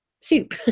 soup